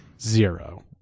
Zero